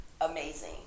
amazing